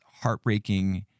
heartbreaking